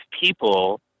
people